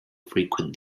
frequent